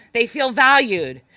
they feel valued,